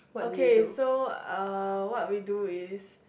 okay so uh what we do is